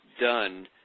done